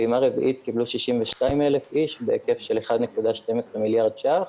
הפעימה רביעית קיבלו 62,000 איש בהיקף של 1.12 מיליארד ש"ח,